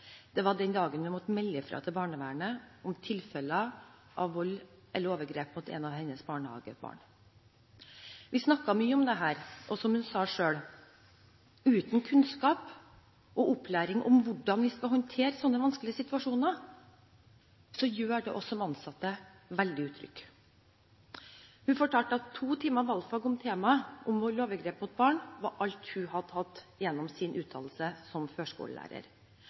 var den dagen hun måtte melde fra til barnevernet om tilfeller av vold eller overgrep mot et av hennes barnehagebarn. Vi snakket mye om dette, og som hun selv sa: Uten kunnskap og opplæring om hvordan vi skal håndtere slike vanskelige situasjoner, gjør det oss ansatte veldig utrygge. Hun fortalte at to timer valgfag om temaet vold og overgrep mot barn var alt hun hadde hatt gjennom sin utdannelse som førskolelærer.